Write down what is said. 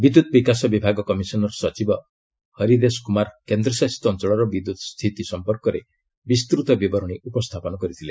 ବିଦ୍ୟୁତ ବିକାଶ ବିଭାଗ କମିଶନର୍ ସଚିବ ହିର୍ଦେଶ କୁମାର କେନ୍ଦ୍ରଶାସିତ ଅଞ୍ଚଳର ବିଦ୍ୟୁତ୍ ସ୍ଥିତି ସମ୍ପର୍କରେ ବିସ୍ତୃତ ବିବରଣୀ ଉପସ୍ଥାପନ କରିଥିଲେ